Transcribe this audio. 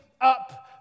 up